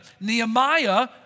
Nehemiah